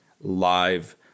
live